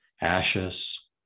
ashes